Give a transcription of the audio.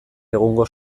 egungo